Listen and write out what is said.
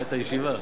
את הישיבה.